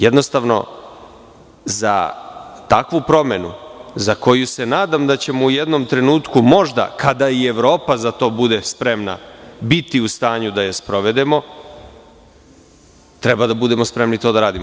Jednostavno, za takvu promenu za koju se nadam da ćemo u jednom trenutku možda, kada i Evropa bude za to spremna biti u stanju da je sprovedemo, treba da budemo spremni da to radimo.